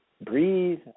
breathe